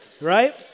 right